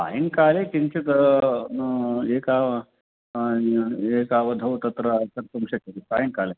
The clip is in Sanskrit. सायङ्काले किञ्चित् एका एकावधौ तत्र कर्तुं शक्यते सायङ्काले